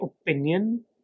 opinion